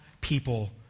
people